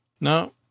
No